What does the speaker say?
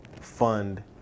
fund